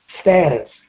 status